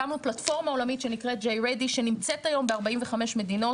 הקמנו פלטפורמה עולמית שנקראת 'J ready' שנמצאת היום ב-45 מדינות